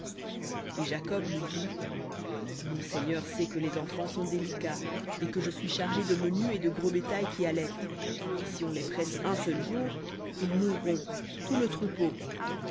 et lui dit mon seigneur sait que les enfants sont délicats et que je suis chargé de menu et de gros bétail qui allaite et si on les presse un seul jour ils mourront tout le troupeau